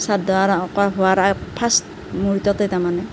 শ্ৰাদ্ধ কৰা হোৱাৰ ফাৰ্ষ্ট মূহুৰ্ততে তাৰমানে